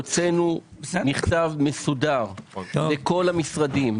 הוצאנו מכתב מסודר לכל המשרדים,